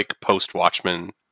post-Watchmen